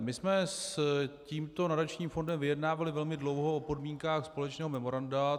My jsme s tímto nadačním fondem vyjednávali velmi dlouho o podmínkách společného memoranda.